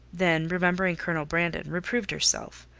then, remembering colonel brandon, reproved herself,